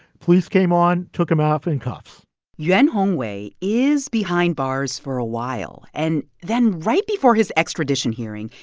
police came on, took him off in cuffs yuan hongwei is behind bars for a while. and then right before his extradition hearing,